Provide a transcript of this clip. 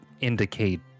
indicate